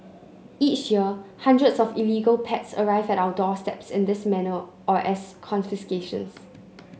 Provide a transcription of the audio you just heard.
each year hundreds of illegal pets arrive at our doorsteps in this manner or as confiscations